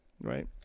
right